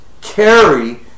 carry